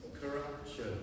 Corruption